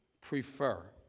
prefer